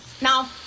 now